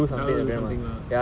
brother will do something lah